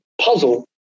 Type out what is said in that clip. puzzle